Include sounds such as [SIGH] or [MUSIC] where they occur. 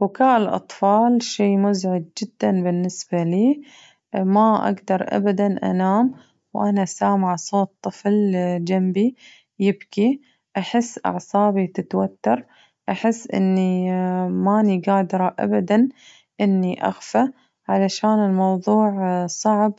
بكاء الأطفال شي مزعج جداً بالنسبة لي ما أقدر نام وفي صوت طفل جنبي يبكي أحس أعصابي تتوتر أحس إني [HESITATION] ماني قادرة أبداً إني أغفى علشان الموضوع صعب